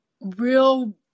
real